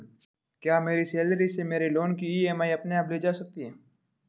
क्या मेरी सैलरी से मेरे लोंन की ई.एम.आई अपने आप ली जा सकती है?